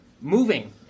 Moving